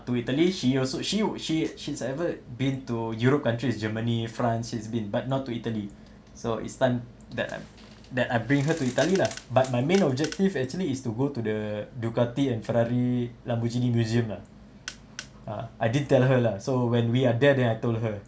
to italy she also she would she she's ever been to europe countries germany france she's been but not to italy so it's time that I that I bring her to italy lah but my main objective actually is to go to the ducati and ferrari lamborghini museum lah ah I didn't tell her lah so when we are there then I told her